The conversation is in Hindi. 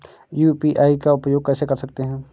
यू.पी.आई का उपयोग कैसे कर सकते हैं?